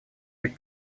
быть